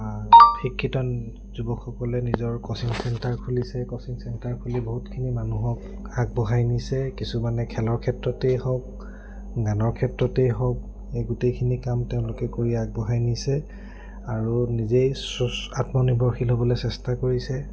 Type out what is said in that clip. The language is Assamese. শিক্ষিত যুৱকসকলে নিজৰ কচিং চেণ্টাৰ খুলিছে কচিং চেণ্টাৰ খুলি বহুতখিনি মানুহক আগবঢ়াই নিছে কিছুমানে খেলৰ ক্ষেত্ৰতেই হওক গানৰ ক্ষেত্ৰতেই হওক এই গোটেইখিনি কাম তেওঁলোকে কৰি আগবঢ়াই নিছে আৰু নিজেই আত্মনিৰ্ভৰশীল হ'বলৈ চেষ্টা কৰিছে